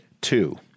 Two